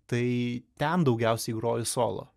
tai ten daugiausiai groju solo